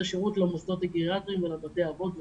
השירות למוסדות הגריאטריים ולבתי אבות ובכלל.